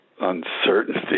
uncertainty